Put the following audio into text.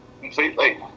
completely